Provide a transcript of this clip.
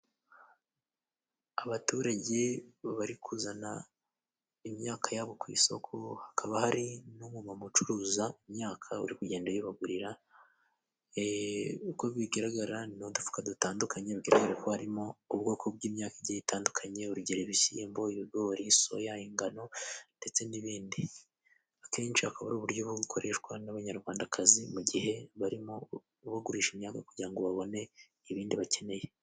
Abaturage bari kuzana imyaka yabo ku isoko, hakaba hari n'umumama ucuruza imyaka uri kugenda uyibagurira. Uko bigaragara ni udupfuka dutandukanye bigaragara ko harimo ubwoko bw'imyaka igiye itandukanye. Urugero: ibishyimbo, ibigori, soya, ingano ndetse n'ibindi. Akenshi hakaba ari uburyo bwo gukoreshwa n'Abanyarwandakazi mu gihe barimo bagurisha imyaka kugira ngo babone ibindi bakeneye.